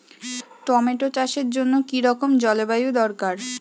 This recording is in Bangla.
টমেটো চাষের জন্য কি রকম জলবায়ু দরকার?